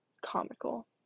comical